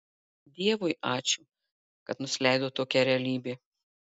dievui ačiū kad nusileido tokia realybė